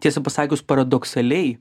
tiesa pasakius paradoksaliai